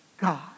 God